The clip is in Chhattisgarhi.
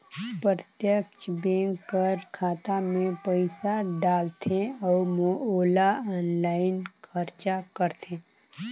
प्रत्यक्छ बेंक कर खाता में पइसा डालथे अउ ओला आनलाईन खरचा करथे